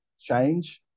change